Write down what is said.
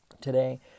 today